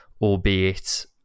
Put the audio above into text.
albeit